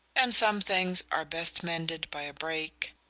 and some things are best mended by a break.